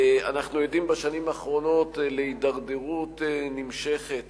אנחנו עדים בשנים האחרונות להידרדרות נמשכת